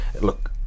look